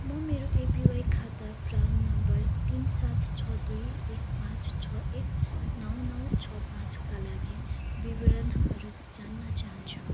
म मेरो एपिवाई खाता प्रान नम्बर तिन सात छ दुई एक पाँच छ एक नौ नौ छ पाँचका लागि विवरणहरू जान्न चाहन्छु